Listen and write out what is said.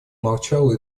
молчала